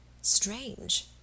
Strange